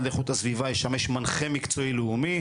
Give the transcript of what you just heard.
לאיכות הסביבה ישמש מנחה מקצועי לאומי.